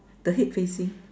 the head facing